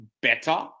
better